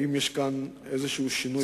האם יש שינוי במדיניות.